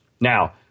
Now